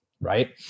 right